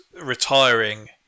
retiring